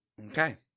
Okay